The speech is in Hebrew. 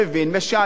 משעמם לו,